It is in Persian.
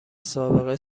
سابقه